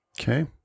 Okay